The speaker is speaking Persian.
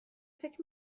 فکر